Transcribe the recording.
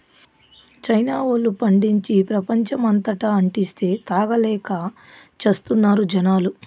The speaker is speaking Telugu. చైనా వోల్లు పండించి, ప్రపంచమంతటా అంటిస్తే, తాగలేక చస్తున్నారు జనాలు